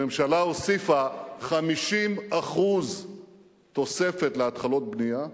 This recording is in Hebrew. הממשלה הוסיפה 50% תוספת להתחלות בנייה,